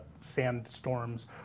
sandstorms